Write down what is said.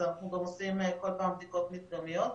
אז אנחנו עושים כל פעם בדיקות מדגמיות.